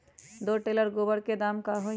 दो टेलर गोबर के दाम का होई?